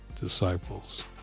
disciples